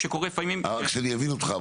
רק שאני אבין אותך,